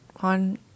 on